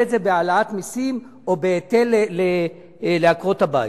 את זה בהעלאת מסים או בהיטל לעקרות הבית,